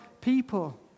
people